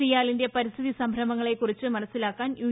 സിയാലിന്റെ പരിസ്ഥിതി സംരംഭങ്ങളെക്കുറിച്ച് മ നസ്റ്റിലാക്കാൻ യു